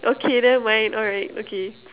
okay never mind alright okay